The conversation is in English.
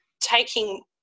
taking